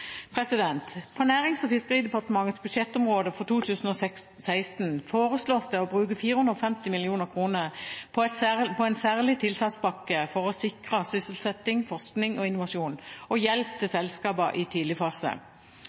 På Nærings- og fiskeridepartementets budsjettområde for 2016 foreslås det å bruke 450 mill. kr på en særlig tiltakspakke for å sikre sysselsetting, forskning og innovasjon og hjelp til selskaper i tidlig fase.